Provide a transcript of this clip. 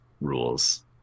rules